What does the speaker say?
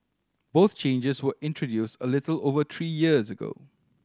both changes were introduced a little over three years ago